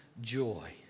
joy